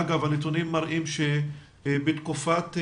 אגב, הנתונים מראים שבתקופת הקורונה,